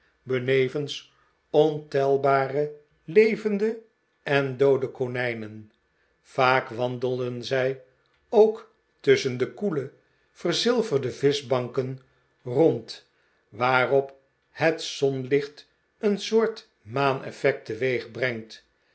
benevens ontelbare levende en doode konijnen vaak wandelden zij ook tusschen de koele verzilverde vischbanken rond waarop het zonlicht een soort maaneffect teweegbrengt